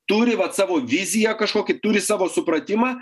turi vat savo viziją kažkokią turi savo supratimą